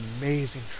amazing